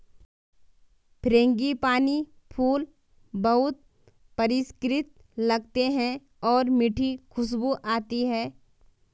frangipani फूल बहुत परिष्कृत लगते हैं और मीठी खुशबू आती है